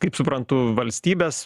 kaip suprantu valstybes